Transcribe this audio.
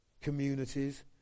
communities